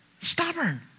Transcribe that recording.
stubborn